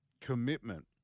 commitment